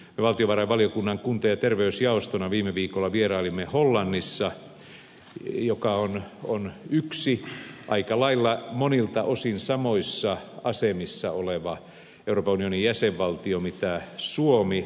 valtiovarainvaliokunnan kunta ja terveysjaostona viime viikolla vierailimme hollannissa joka on yksi aika lailla monilta osin samoissa asemissa oleva euroopan unionin jäsenvaltio kuin suomi